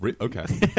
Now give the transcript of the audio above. Okay